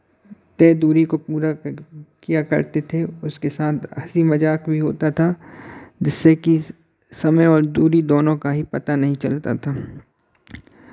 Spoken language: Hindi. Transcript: तय दूरी को पूरा किया करते थे उसके साथ हँसी मज़ाक भी होता था जिससे कि समय और दूरी दोनों का ही पता नहीं चलता था